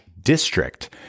district